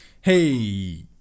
hey